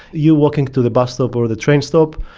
you walking to the bus stop or the train stop,